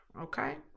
Okay